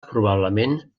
probablement